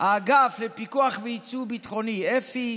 האגף לפיקוח על היצוא ביטחוני, אפ"י,